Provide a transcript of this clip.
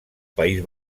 país